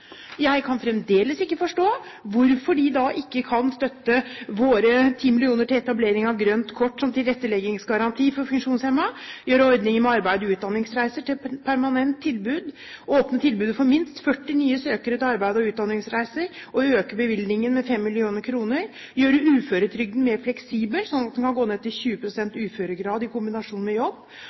Jeg kan fremdeles ikke forstå hvorfor SV ikke kan støtte vårt forslag om 10 mill. kr til etablering av grønt kort som tilretteleggingsgaranti for funksjonshemmede, gjøre ordningen med arbeids- og utdanningsreiser til et permanent tilbud, åpne tilbudet for minst 40 nye søkere, og øke bevilgningen med 5 mill. kr, gjøre uføretrygden mer fleksibel, slik at en kan gå ned til 20 pst. uføregrad i kombinasjon med jobb,